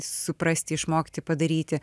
suprasti išmokti padaryti